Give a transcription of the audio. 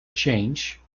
change